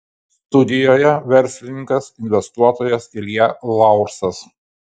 studijoje verslininkas investuotojas ilja laursas